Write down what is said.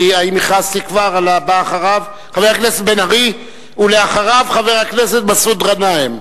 חבר הכנסת בן-ארי, ואחריו, חבר הכנסת מסעוד גנאים,